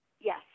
Yes